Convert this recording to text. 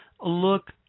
look